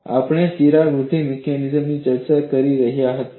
આપણે તિરાડ વૃધ્ધિ મિકેનિઝમ ની ચર્ચા કરી રહ્યા નથી